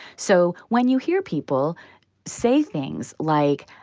so when you hear people say things like,